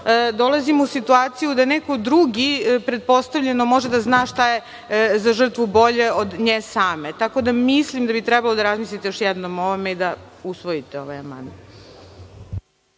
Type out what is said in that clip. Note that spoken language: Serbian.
dolazimo u situaciju da neki drugi pretpostavljeno može da zna šta je za žrtvu bolje od nje same, tako da mislim da bi trebalo da razmislite još jednom o ovome i da usvojite ovaj amandman.